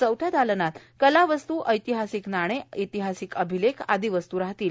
चौथ्या दालनात कलावस्तु ऐतिहासिक नाणे ऐतिहासिक अभिलेख आदी वस्तु राहणार आहे